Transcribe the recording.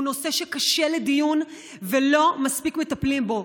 הוא נושא שקשה לדיון ולא מספיק מטפלים בו.